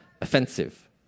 offensive